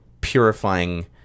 purifying